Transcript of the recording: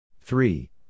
Three